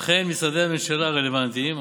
לכן משרדי הממשלה הרלוונטיים,